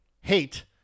hate